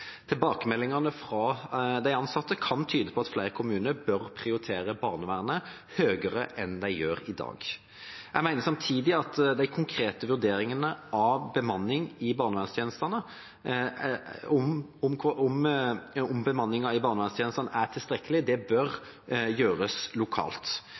Tilbakemeldingene fra de ansatte kan tyde på at flere kommuner bør prioritere barnevernet høyere enn de gjør i dag. Jeg mener samtidig at de konkrete vurderingene av om bemanningen i barnevernstjenestene er tilstrekkelig, bør gjøres lokalt. Det er den enkelte kommune som er